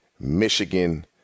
Michigan